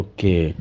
Okay